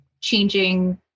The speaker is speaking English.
changing